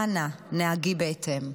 אנא נהגי בהתאם.